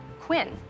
Quinn